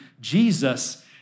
Jesus